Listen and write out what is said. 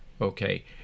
Okay